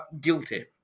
guilty